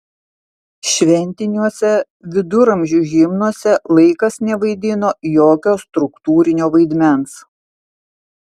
šventiniuose viduramžių himnuose laikas nevaidino jokio struktūrinio vaidmens